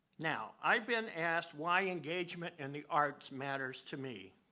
now, i've been asked, why engagement in the arts matters to me.